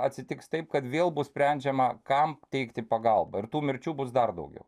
atsitiks taip kad vėl bus sprendžiama kam teikti pagalbą ir tų mirčių bus dar daugiau